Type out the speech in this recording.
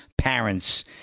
parents